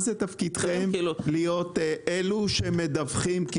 מה זה תפקידכם להיות אלו שמדווחים?